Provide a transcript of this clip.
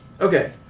Okay